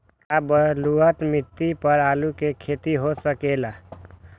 का बलूअट मिट्टी पर आलू के खेती हो सकेला?